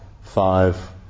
five